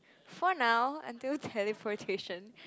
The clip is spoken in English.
for now until teleportation